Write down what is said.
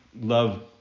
love